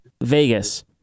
Vegas